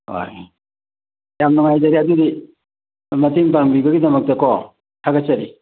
ꯑꯍꯣꯏ ꯌꯥꯝ ꯅꯨꯡꯉꯥꯏꯖꯔꯦ ꯑꯗꯨꯗꯤ ꯃꯇꯦꯡ ꯄꯥꯡꯕꯤꯕꯒꯤꯗꯃꯛꯇꯀꯣ ꯊꯥꯒꯠꯆꯔꯤ